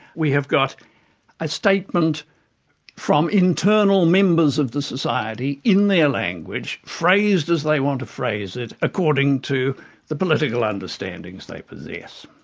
we have got a statement from internal members of the society in their language phrased as they want to phrase it according to the political understandings they possess.